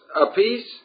apiece